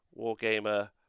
Wargamer